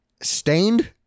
Stained